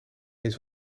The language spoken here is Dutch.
eens